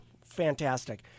fantastic